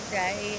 day